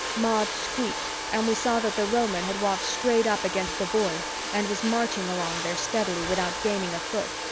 maud squeaked and we saw that the roman had walked straight up against the void and was marching along there steadily without gaining a foot,